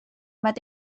bat